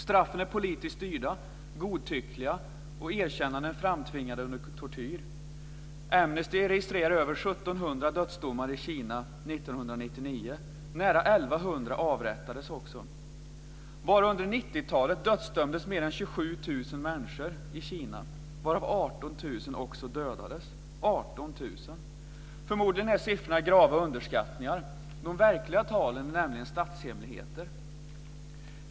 Straffen är politiskt styrda och godtyckliga och erkännanden framtvingas under tortyr. Amnesty registrerade över 1 700 dödsdomar i Kina 1999. Nära 1 100 avrättades också. Bara under 1990-talet dödsdömdes mer än 27 000 människor i Kina, varav Förmodligen är siffrorna grava underskattningar. De verkliga talen är nämligen statshemligheter.